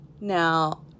Now